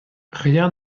rien